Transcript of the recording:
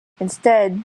instead